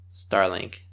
Starlink